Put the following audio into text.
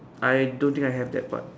I don't think I have that part